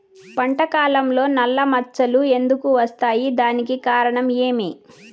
పంట కాలంలో నల్ల మచ్చలు ఎందుకు వస్తాయి? దానికి కారణం ఏమి?